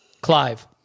Clive